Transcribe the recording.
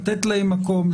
לתת להם מקום,